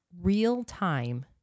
real-time